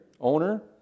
owner